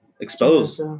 Exposed